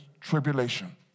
Tribulation